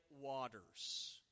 waters